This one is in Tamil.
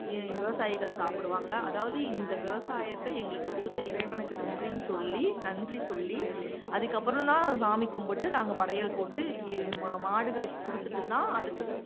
விவசாயிகள் சாப்பிடுவாங்க அதாவது இந்த விவசாயத்தை எங்களுக்கு கொடுத்த இறைவனுக்கு நன்றின்னு சொல்லி நன்றி சொல்லி அதுக்கப்பறோனால் சாமி கும்பிட்டு நாங்கள் படையல் போட்டு மா மாடுகளுக்கு கொடுத்துட்டுதான் அடுத்தது